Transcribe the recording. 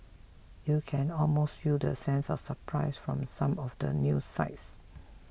you can almost feel the sense of surprise from some of the news sites